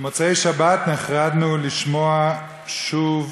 במוצאי שבת נחרדנו לשמוע שוב